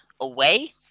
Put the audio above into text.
away